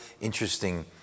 interesting